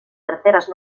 terceras